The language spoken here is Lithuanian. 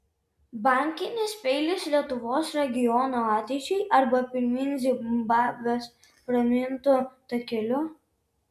bankinis peilis lietuvos regionų ateičiai arba pirmyn zimbabvės pramintu takeliu